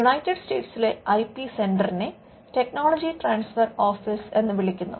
United സ്റ്റേറ്റ്സിലെ IP സെന്ററിനെ technology transfer office എന്ന് വിളിക്കുന്നു